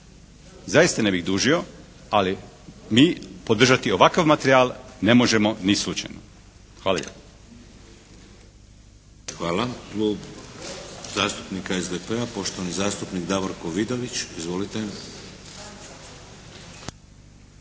zaista ne bih dužio, ali mi podržati ovakav materijal ne možemo ni slučajno. Hvala